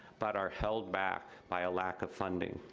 but are held back by a lack of funding.